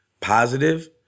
positive